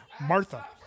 Martha